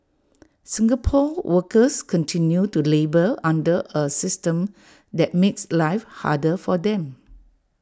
Singapore's workers continue to labour under A system that makes life harder for them